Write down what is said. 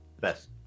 best